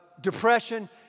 depression